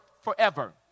forever